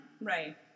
Right